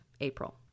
April